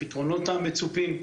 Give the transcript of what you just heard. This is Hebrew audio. הפתרונות המצופים.